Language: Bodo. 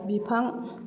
बिफां